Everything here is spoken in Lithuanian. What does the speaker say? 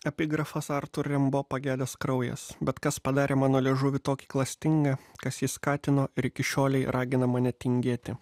epigrafas artur rembo pagedęs kraujas bet kas padarė mano liežuvį tokį klastingą kas jį skatino ir iki šiolei ragina mane tingėti